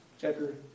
Chapter